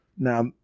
Now